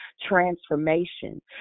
transformation